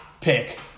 pick